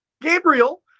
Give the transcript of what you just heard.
Gabriel